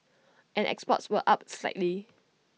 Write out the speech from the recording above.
and exports were up slightly